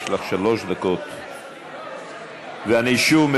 יש לך שלוש דקות.